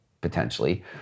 potentially